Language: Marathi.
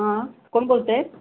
हां कोण बोलत आहे